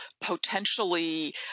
potentially